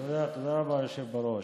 תודה רבה, היושב בראש.